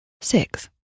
six